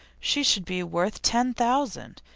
she should be worth ten thousand,